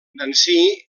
nancy